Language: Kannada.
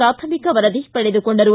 ಪ್ರಾಥಮಿಕ ವರದಿ ಪಡೆದುಕೊಂಡರು